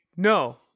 No